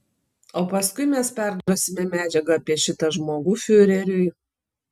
o paskui mes perduosime medžiagą apie šitą žmogų fiureriui